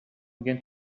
began